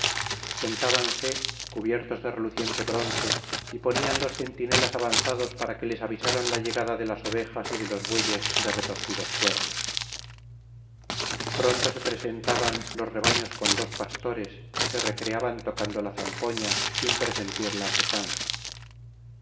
sentábanse cubiertos de reluciente bronce y ponían dos centinelas avanzados para que les avisaran la llegada de las ovejas y de los bueyes de retorcidos cuernos pronto se presentaban los rebaños con dos pastores que se recreaban tocando la zampona sin presentir la asechanza